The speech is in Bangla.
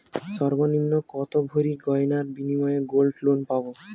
সর্বনিম্ন কত ভরি গয়নার বিনিময়ে গোল্ড লোন পাব?